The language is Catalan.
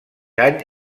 any